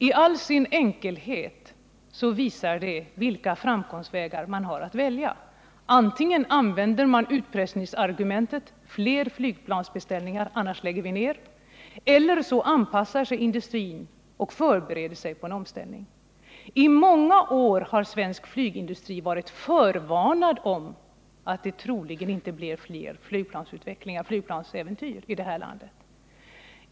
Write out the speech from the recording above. I all sin enkelhet visar de här exemplen vilka framkomstvägar man har att välja på. Antingen använder man utpressningsargumentet: fler flygplansbeställningar, annars lägger vi ner. Eller också anpassar sig industrin och förbereder sig på en omställning. I många år har svensk flygindustri varit förvarnad om att det troligen inte blir fler flygplansäventyr i vårt land.